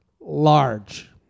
large